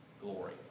glory